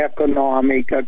economic